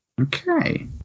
Okay